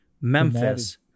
Memphis